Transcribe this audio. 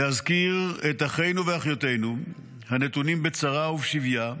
להזכיר את אחינו ואחיותינו הנתונים בצרה ובשביה,